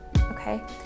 okay